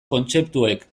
kontzeptuek